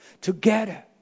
together